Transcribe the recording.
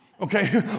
okay